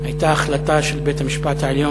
הייתה החלטה של בית-המשפט העליון